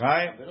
Right